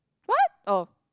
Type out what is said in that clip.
what oh